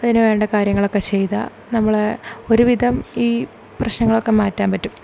അതിനു വേണ്ട കാര്യങ്ങളൊക്കെ ചെയ്താൽ നമ്മള് ഒരു വിധം ഈ പ്രശ്നങ്ങളൊക്കെ മാറ്റാൻ പറ്റും